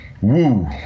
Woo